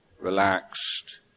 relaxed